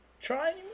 try